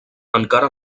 encara